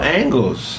angles